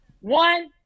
one